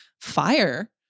fire